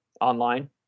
online